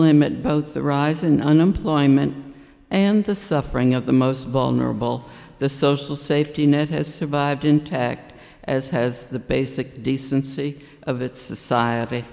limit both the rise in unemployment and the suffering of the most vulnerable the social safety net has survived intact as has the basic decency